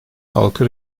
halkı